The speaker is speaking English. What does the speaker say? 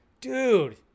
dude